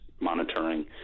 monitoring